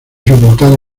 sepultado